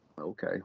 Okay